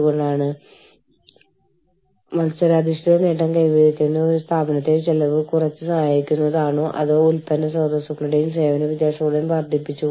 കൂടാതെ ഈ പ്രോഗ്രാമുകൾ വാഗ്ദാനം ചെയ്യുന്ന അവസരങ്ങൾക്കിടയിലും നമ്മൾ ചിലപ്പോൾ പ്രശ്നങ്ങൾ അഭിമുഖീകരിക്കുന്നു ആരാണ് എവിടെയാണ് എത്ര നേരം ജോലി ചെയ്യുന്നു എന്നതിന്റെ ട്രാക്ക് സൂക്ഷിക്കാൻ ശ്രമിക്കുന്നു